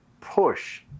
push